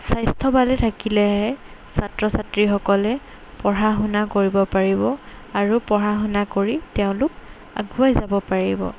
স্বাস্থ্য ভালে থাকিলেহে ছাত্ৰ ছাত্ৰীসকলে পঢ়া শুনা কৰিব পাৰিব আৰু পঢ়া শুনা কৰি তেওঁলোক আগুৱাই যাব পাৰিব